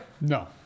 No